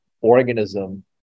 organism